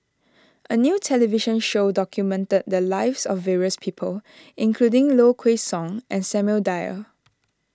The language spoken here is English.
a new television show documented the lives of various people including Low Kway Song and Samuel Dyer